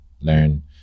learn